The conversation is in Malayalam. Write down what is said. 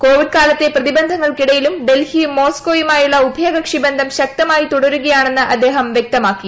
കോവിഡ് കാലത്തെ പ്രതിബന്ധങ്ങൾക്ക് ഇടയിലും ഡൽഹിയും മോസ്കോയുമായുളള ഉഭയകക്ഷിബന്ധം തുടരുകയാണെന്ന് അദ്ദേഹം വൃക്തമാക്കി